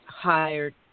hired